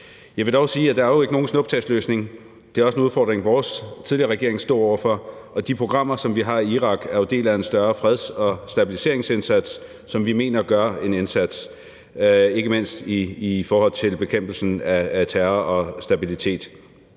Jeg vil dog sige, at der ikke er nogen snuptagsløsning. Det var også en udfordring, vores tidligere regering stod over for, og de programmer, som vi har i Irak, er jo en del af en større freds- og stabiliseringsindsats, som vi mener gør en forskel ikke mindst i forhold til bekæmpelsen af terror og i